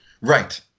Right